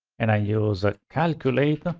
and i use ah calculate